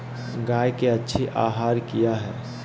गाय के अच्छी आहार किया है?